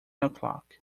o’clock